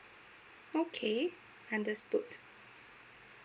okay understood